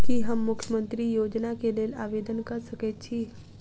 की हम मुख्यमंत्री योजना केँ लेल आवेदन कऽ सकैत छी?